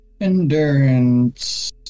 Endurance